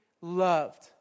loved